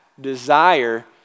desire